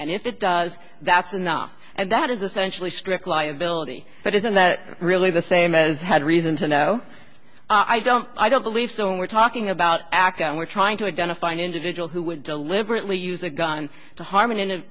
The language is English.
and if it does that's enough and that is essentially strict liability but isn't that really the same as had reason to know i don't i don't believe so when we're talking about ak and we're trying to identify an individual who would deliberately use a gun to harm in an